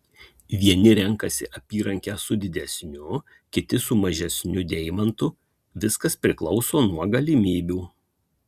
vieni renkasi apyrankę su didesniu kiti su mažesniu deimantu viskas priklauso nuo galimybių